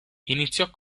iniziò